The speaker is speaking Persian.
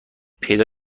پیدا